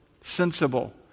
sensible